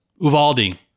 Uvaldi